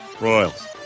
Royals